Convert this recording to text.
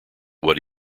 what